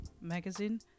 magazine